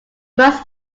must